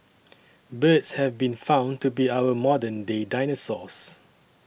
birds have been found to be our modern day dinosaurs